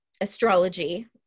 astrology